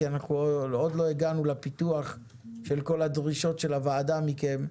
כי עוד לא הגענו לכל הדרישות של הוועדה מכם,